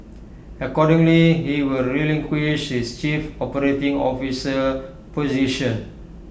accordingly he will relinquish his chief operating officer position